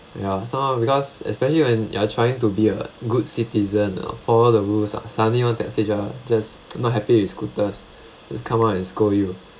ya so because especially when you are trying to be a good citizen uh follow the rules ah suddenly one taxi driver just not happy with scooters just come out and scold you